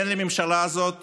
אין לממשלה הזאת